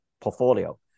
Portfolio